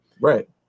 Right